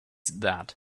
that